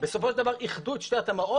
בסופו של דבר איחדו את שתי התמ"אות,